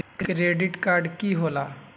Credit card की होला?